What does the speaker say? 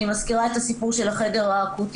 אני מזכירה את הסיפור של החדר האקוטי